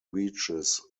reaches